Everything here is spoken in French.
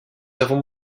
avons